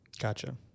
Gotcha